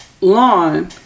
lawn